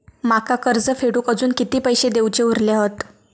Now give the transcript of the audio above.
माका कर्ज फेडूक आजुन किती पैशे देऊचे उरले हत?